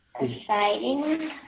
exciting